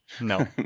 No